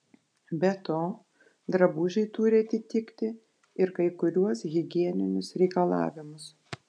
be to drabužiai turi atitikti ir kai kuriuos higieninius reikalavimus